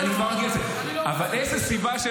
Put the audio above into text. אני לא רוצה --- אבל איזו סיבה,